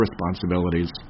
responsibilities